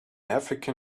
african